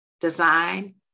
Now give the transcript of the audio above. design